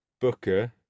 booker